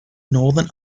northern